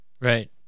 Right